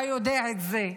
אתה יודע את זה,